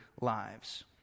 lives